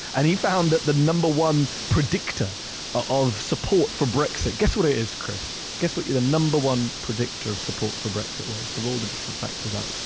and he found that the number one predictor of support for brexit. guess what is, chris? guess what the number one predictor of support for brexit was, of all the different factors out there.